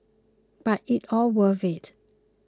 but it's all worth it